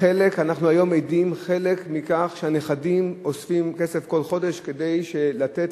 אנחנו היום עדים שחלק מהנכדים אוספים כסף כל חודש כדי לתת,